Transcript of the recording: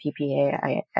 PPAI